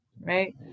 right